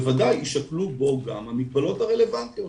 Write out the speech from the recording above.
בוודאי יישקלו בו גם המגבלות הרלוונטיות.